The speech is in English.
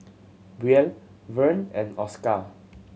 Brielle Vern and Oscar